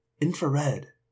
Infrared